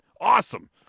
Awesome